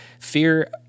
fear